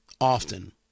often